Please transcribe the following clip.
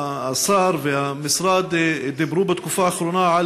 השר והמשרד דיברו בתקופה האחרונה על